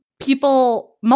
people